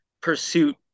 pursuit